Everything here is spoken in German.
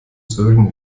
sölden